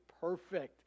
perfect